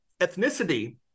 ethnicity